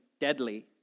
deadly